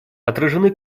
отражены